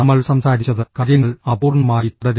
നമ്മൾ സംസാരിച്ചത് കാര്യങ്ങൾ അപൂർണ്ണമായി തുടരും